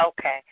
Okay